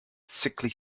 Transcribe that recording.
sickly